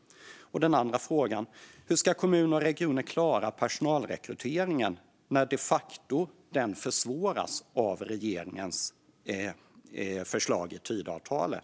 Och hur ska kommuner och regioner klara personalrekryteringen när den de facto försvåras av regeringens förslag och Tidöavtalet?